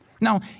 Now